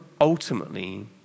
ultimately